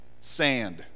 Sand